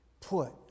put